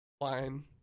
line